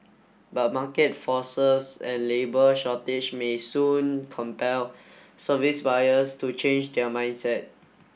but market forces and labour shortage may soon compel service buyers to change their mindset